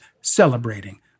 celebrating